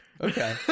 Okay